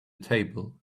table